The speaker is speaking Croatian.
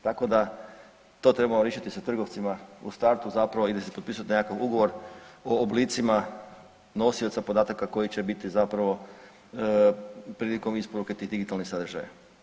Tako da to treba riješiti sa trgovcima u startu zapravo ili se potpisati nekakav ugovor o oblicima nosioca podataka koji će biti zapravo prilikom isporuke tih digitalnih sadržaja.